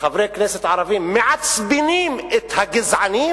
חברי הכנסת הערבים מעצבנים את הגזענים,